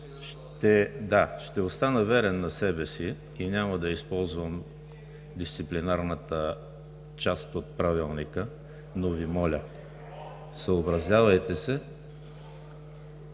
Ще остана верен на себе си и няма да използвам дисциплинарната част от Правилника, но Ви моля, съобразявайте се…